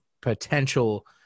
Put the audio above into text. potential